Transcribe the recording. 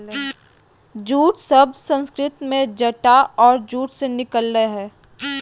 jute शब्द संस्कृत के जटा और जूट से निकल लय हें